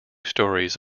stories